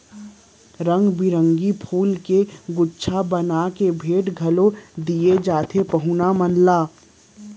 रंग बिरंगी फूल के गुच्छा बना के भेंट घलौ दिये जाथे पहुना मन ला